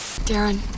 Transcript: Darren